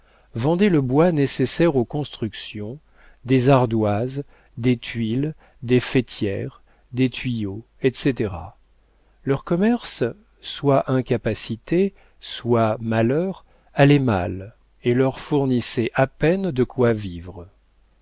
vendaient le bois nécessaire aux constructions des ardoises des tuiles des faîtières des tuyaux etc leur commerce soit incapacité soit malheur allait mal et leur fournissait à peine de quoi vivre